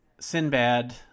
Sinbad